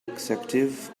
executive